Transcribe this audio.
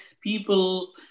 people